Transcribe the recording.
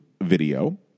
video